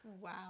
Wow